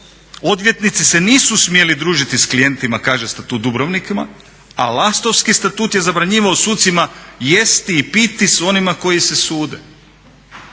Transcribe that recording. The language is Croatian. Odvjetnici se nisu smjeli družiti s klijentima kaže Statut Dubrovnika a Lastovski statut je zabranjivao sucima jesti i piti sa onima koji se sude.